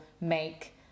make